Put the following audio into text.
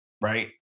right